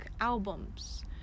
albums